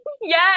yes